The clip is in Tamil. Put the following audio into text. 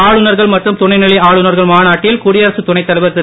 ஆளுநர்கள் மற்றும் துணைநிலை ஆளுநர்கள் மாநாட்டில் குடியரசு துணை தலைவர் திரு